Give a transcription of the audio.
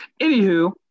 anywho